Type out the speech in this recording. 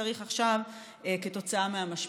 וגם כי זה מה שצריך עכשיו כתוצאה מהמשבר.